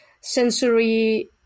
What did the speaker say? sensory